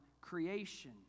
Creation